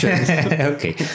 Okay